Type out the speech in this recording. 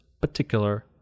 particular